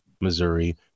Missouri